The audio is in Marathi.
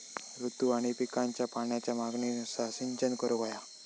ऋतू आणि पिकांच्या पाण्याच्या मागणीनुसार सिंचन करूक व्हया